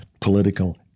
political